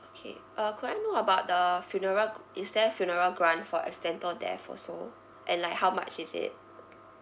okay uh could I know about the funeral g~ is there funeral grant for accidental death also and like how much is it